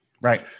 Right